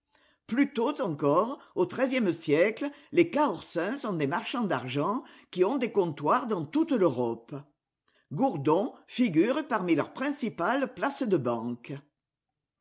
tôt encore au treizième siècle les cahorsins sont des marchands d'argent qui ont des comptoirs dans toute l'europe gourdon figure parmi leurs principales places de banque